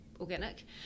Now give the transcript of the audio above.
organic